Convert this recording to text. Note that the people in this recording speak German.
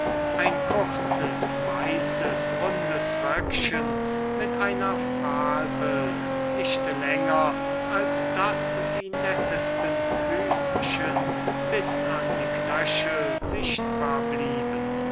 ein kurzes weißes rundes röckchen mit einer falbel nicht länger als daß die nettesten füßchen bis an die knöchel sichtbar blieben